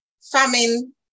famine